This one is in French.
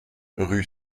rue